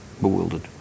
Bewildered